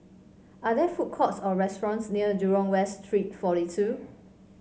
are there food courts or restaurants near Jurong West Street forty two